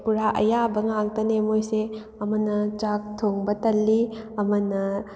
ꯄꯨꯔꯥ ꯑꯌꯥꯕ ꯉꯥꯛꯇꯅꯤ ꯃꯣꯏꯁꯦ ꯑꯃꯅ ꯆꯥꯛ ꯊꯣꯡꯕ ꯇꯜꯂꯤ ꯑꯃꯅ